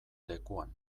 lekuan